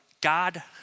God